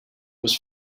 was